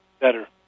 better